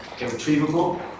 irretrievable